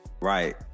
right